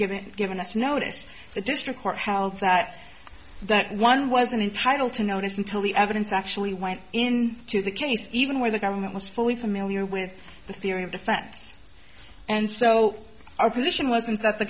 given given its notice the district court held that that one wasn't entitled to notice until the evidence actually went in to the case even where the government was fully familiar with the theory of defense and so our position wasn't that the